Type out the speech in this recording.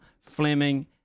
Fleming